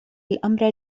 الأمر